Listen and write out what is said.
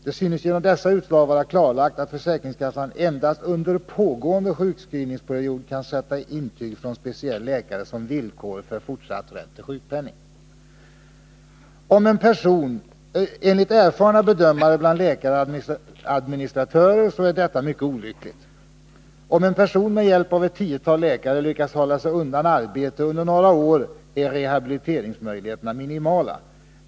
Det synes genom dessa utslag vara klarlagt, att försäkringskassa endast under pågående sjukskrivningsperiod kan sätta intyg från speciell läkare som villkor för fortsatt rätt till sjukpenning. Enligt erfarna bedömare bland läkare och administratörer är detta mycket olyckligt. Om en person med hjälp av ett tiotal läkare lyckas hålla sig undan arbete under några år är rehabiliteringsmöjligheterna minimala.